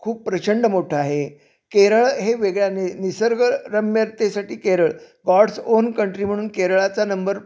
खूप प्रचंड मोठं आहे केरळ हे वेगळ्या नि निसर्गरम्यतेसाठी केरळ गॉड्स ओन कंट्री म्हणून केरळाचा नंबर